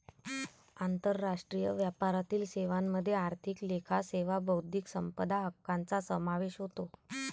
आंतरराष्ट्रीय व्यापारातील सेवांमध्ये आर्थिक लेखा सेवा बौद्धिक संपदा हक्कांचा समावेश होतो